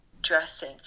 dressing